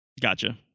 Gotcha